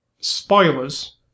spoilers